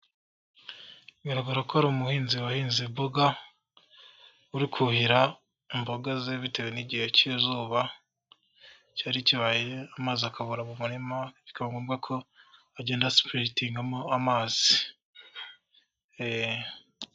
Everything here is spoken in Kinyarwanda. Biragaragara ko ari umuhinzi wahinze imboga, uri kuhira imboga ze bitewe n'igihe cy'izuba cyari kibaye amazi akabura mu murima bikaba ngombwa ko agenda asukamo amazi.